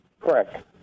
Correct